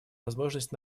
возможность